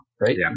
right